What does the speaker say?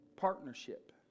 partnership